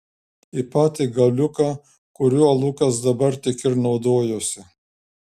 į patį galiuką kuriuo lukas dabar tik ir naudojosi